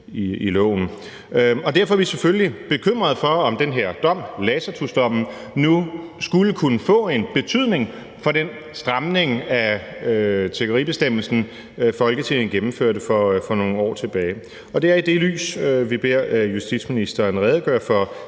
i loven. Derfor er vi selvfølgelig bekymrede for, om den her dom, Lacatusdommen, nu skulle kunne få en betydning for den stramning af tiggeribestemmelsen, Folketinget gennemførte for nogle år siden. Det er i det lys, vi beder justitsministeren redegøre for